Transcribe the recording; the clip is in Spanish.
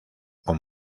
con